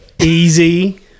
Easy